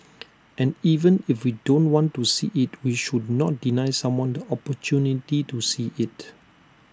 and even if we don't want to see IT we should not deny someone the opportunity to see IT